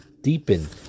deepen